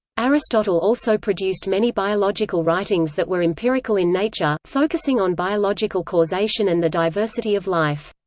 aristotle also produced many biological writings that were empirical in nature, focusing on biological causation and the diversity of life.